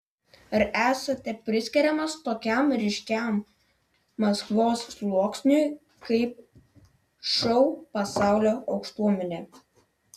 ar esate priskiriamas tokiam ryškiam maskvos sluoksniui kaip šou pasaulio aukštuomenė